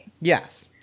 Yes